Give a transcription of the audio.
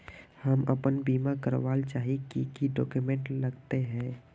हम अपन बीमा करावेल चाहिए की की डक्यूमेंट्स लगते है?